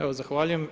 Evo zahvaljujem.